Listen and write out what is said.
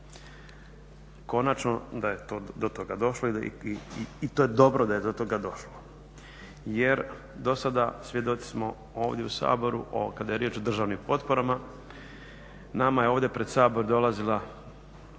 Konačno da je do toga došlo i to dobro da je do toga došlo jer do sada svjedoci smo ovdje u Saboru kada je riječ o državnim potporama nama su ovdje pred Sabor dolazili